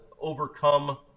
overcome